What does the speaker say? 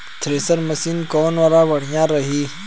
Thresher machine कौन वाला बढ़िया रही?